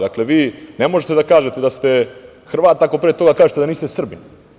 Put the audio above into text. Dakle, vi ne možete da kažete da ste Hrvat ako pre toga kažete da niste Srbin.